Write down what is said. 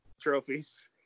trophies